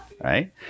Right